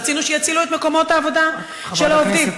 רצינו שיצילו את מקומות העבודה של העובדים.